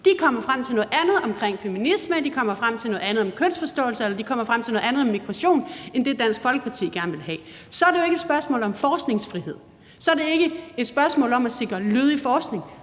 De kommer frem til noget andet om feminisme, de kommer frem til noget andet om kønsforståelse, eller de kommer frem til noget andet om migration end det, Dansk Folkeparti gerne vil have. Så er det jo ikke et spørgsmål om forskningsfrihed, så er det ikke et spørgsmål om at sikre lødig forskning.